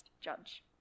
judge